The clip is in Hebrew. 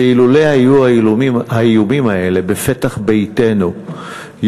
ויכול להעיד על כך שאילולא היו האיומים האלה בפתח ביתנו יום-יום,